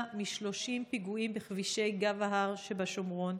מ-30 פיגועים בכבישי גב ההר שבשומרון,